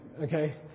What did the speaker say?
okay